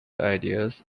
ideas